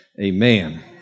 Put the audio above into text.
amen